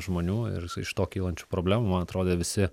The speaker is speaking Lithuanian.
žmonių ir su iš to kylančių problemų man atrodė visi